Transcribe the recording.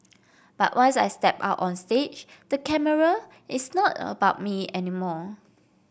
but once I step out on the stage the camera it's not about me anymore